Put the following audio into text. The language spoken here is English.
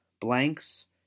Blanks